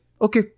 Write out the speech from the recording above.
okay